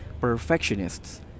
perfectionists